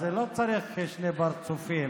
אז לא צריך שני פרצופים.